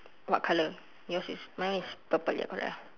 what color yours is mine is purple ya correct ah